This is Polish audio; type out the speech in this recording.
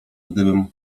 gdybym